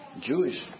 Jewish